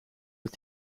het